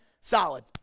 solid